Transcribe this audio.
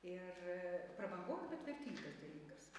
ir prabangos bet vertingas dalykas